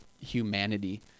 humanity